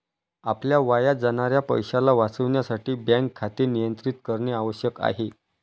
आपल्या वाया जाणाऱ्या पैशाला वाचविण्यासाठी बँक खाते नियंत्रित करणे आवश्यक आहे